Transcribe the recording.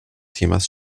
themas